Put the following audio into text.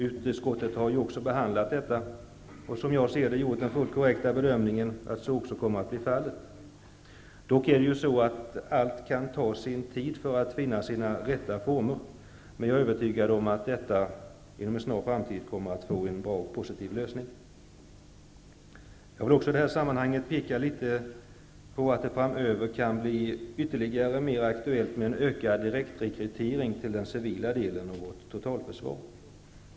Utskottet har också behandlat detta och, som jag ser det, gjort den korrekta bedömningen att så också kommer att bli fallet. Dock är det ju så att det kan ta sin tid innan allt detta finner sina rätta former, men jag är övertygad om att detta inom en snar framtid kommer att få en bra och positiv lösning. Jag vill i det här sammanhanget också peka på att det framöver kan bli mer aktuellt med en ökad direktrekrytering till den civila delen av vårt totalförsvar.